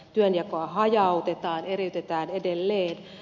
työnjakoa hajautetaan eriytetään edelleen